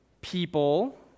people